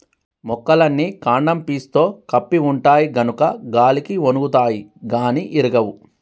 మొక్కలన్నీ కాండం పీసుతో కప్పి ఉంటాయి గనుక గాలికి ఒన్గుతాయి గాని ఇరగవు